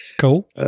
Cool